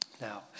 Now